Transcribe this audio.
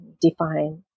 define